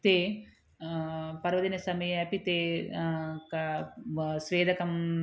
ते पर्वदिनसमये अपि ते का ब् स्वेदकं